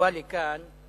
הובאה לכאן,